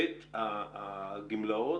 היבט הגמלאות,